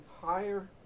higher